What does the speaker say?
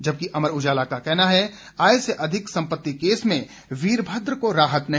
जबकि अमर उजाला का कहना है आय से अधिक संपत्ति केस में वीरमद्र को राहत नहीं